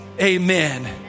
amen